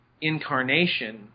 incarnation